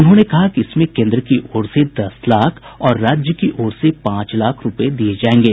उन्होंने कहा कि इसमें केंद्र की ओर से दस लाख और राज्य की ओर से पांच लाख रूपये दिये जायेंगे